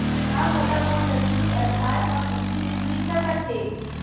का मोला मोर जमीन के आधार म कृषि ऋण मिल सकत हे?